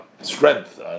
strength